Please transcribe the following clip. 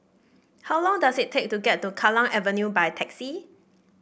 how long does it take to get to Kallang Avenue by taxi